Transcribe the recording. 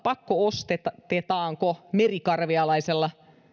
pakko ostatetaanko merikarvialaisella